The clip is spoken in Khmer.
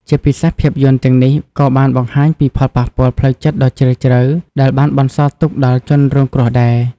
ជាពិសេសភាពយន្តទាំងនេះក៏បានបង្ហាញពីផលប៉ះពាល់ផ្លូវចិត្តដ៏ជ្រាលជ្រៅដែលបានបន្សល់ទុកដល់ជនរងគ្រោះដែរ។